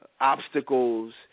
obstacles